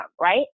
right